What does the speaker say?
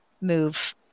move